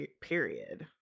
period